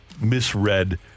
misread